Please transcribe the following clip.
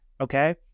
Okay